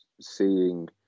seeing